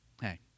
Hey